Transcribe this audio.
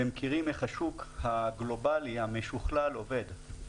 ומכירים איך השוק הגלובלי המשוכלל עובד.